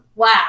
wow